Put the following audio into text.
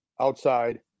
outside